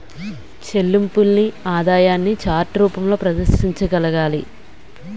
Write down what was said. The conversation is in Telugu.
చెల్లింపుల్ని ఆదాయాన్ని చార్ట్ రూపంలో ప్రదర్శించగలగాలి